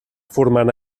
formant